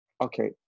okay